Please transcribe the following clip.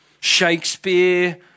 Shakespeare